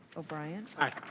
o'brien. aye.